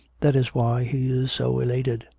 that is why he is so elated.